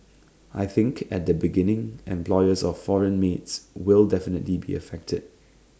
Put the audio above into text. I think at the beginning employers of foreign maids will definitely be affected